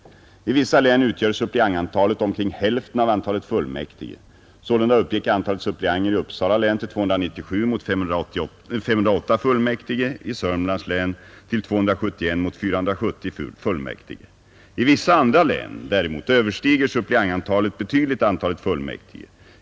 I vissa län utgör suppleantantalet omkring hälften av antalet fullmäktige. Sålunda uppgick antalet suppleanter i Uppsala län till 297 mot 508 fullmäktige och i Södermanlands län till 271 mot 470 fullmäktige. I vissa andra län däremot överstiger suppleantantalet betydligt antalet fullmäktige.